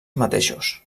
mateixos